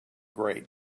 grate